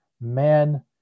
man